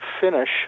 finish